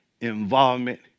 involvement